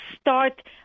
start